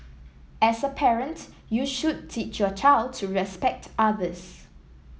as a parent you should teach your child to respect others